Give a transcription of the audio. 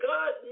God